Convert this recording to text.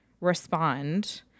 respond